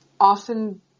often